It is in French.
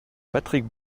patrick